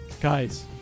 guys